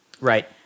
right